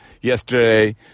yesterday